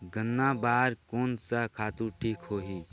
गन्ना बार कोन सा खातु ठीक होही?